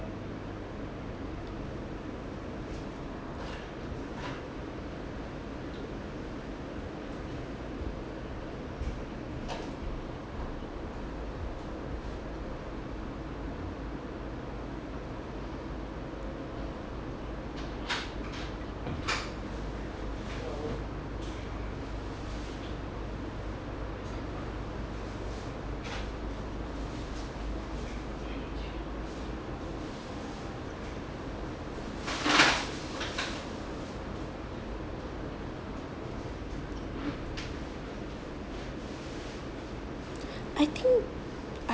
I think I